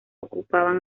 ocupaban